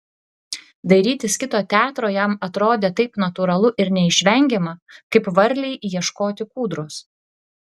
dairytis kito teatro jam atrodė taip natūralu ir neišvengiama kaip varlei ieškoti kūdros